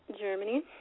germany